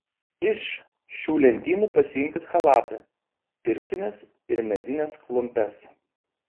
iš šių lentynų pasiimkit chalatą pirštines ir medines klumpes